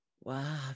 Wow